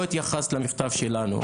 לא התייחסת למכתב שלנו,